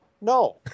no